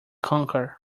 conquer